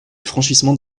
franchissement